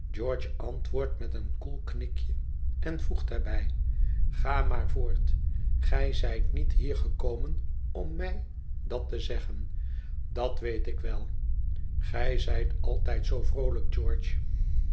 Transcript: george antwoordt met een koel knikje en voegt daarbij ga maar voort gij zijt niet hier gekomen om mij dat te zeggen dat weet ik wel ge zijt altijd zoo vroolijk